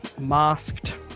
masked